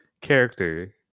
character